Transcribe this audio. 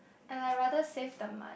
and I rather save the money